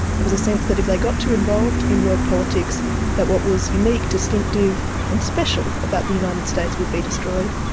there was a sense that if they got too involved in world politics that what was unique, distinctive and special about the united states would be destroyed.